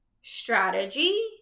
strategy